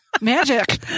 Magic